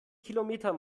kilometer